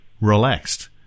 relaxed